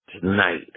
tonight